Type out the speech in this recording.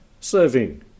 serving